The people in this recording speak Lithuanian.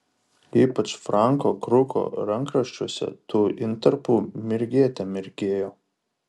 ypač franko kruko rankraščiuose tų intarpų mirgėte mirgėjo